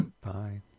bye